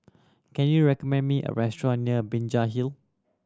can you recommend me a restaurant near Binjai Hill